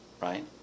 right